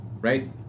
right